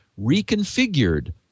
reconfigured